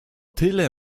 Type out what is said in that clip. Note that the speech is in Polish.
tyle